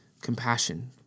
compassion